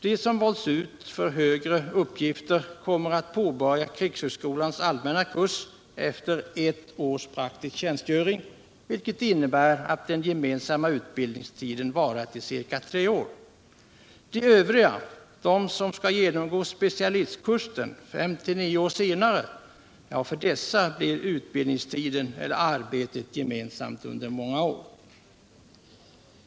De som har valts ut för högre uppgifter kommer att påbörja krigshögskolans allmänna kurs efter ett års praktisk tjänstgöring, vilket innebär att den gemensamma utbildningstiden har varat i ca tre år. För de övriga, de som skall genomgå specialistkursen 5-9 år senare, blir utbildningstiden eller arbetet gemensamt under många år.